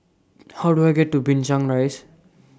How Do I get to Binchang Rise